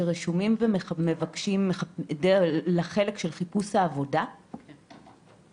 שרשומים לחלק של חיפוש העבודה באפליקציה?